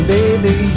Baby